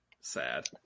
Sad